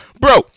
Bro